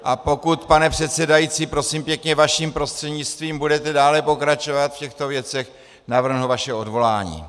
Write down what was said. A pokud, pane předsedající, prosím pěkně vaším prostřednictvím budete dále pokračovat v těchto věcech, navrhnu vaše odvolání.